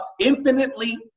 infinitely